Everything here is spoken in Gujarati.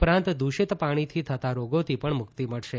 ઉપરાંત દૂષિત પાણીથી થતા રોગોથી પણ મુક્તિ મળશે